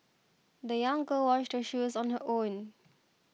the young girl washed her shoes on her own